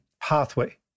pathway